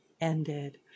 ended